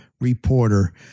reporter